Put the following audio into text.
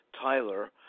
Tyler